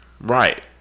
Right